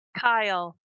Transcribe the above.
Kyle